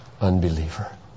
unbeliever